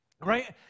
right